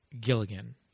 Gilligan